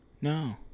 No